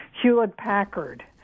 Hewlett-Packard